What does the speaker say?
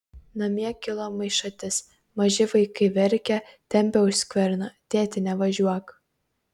namie kilo maišatis maži vaikai verkia tempia už skverno tėti nevažiuok